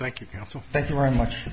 thank you so thank you very much